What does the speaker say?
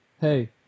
hey